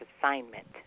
assignment